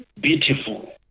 beautiful